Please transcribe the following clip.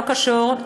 לא קשור,